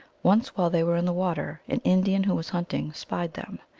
once, while they were in the water, an indian who was hunting spied them.